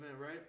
right